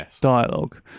dialogue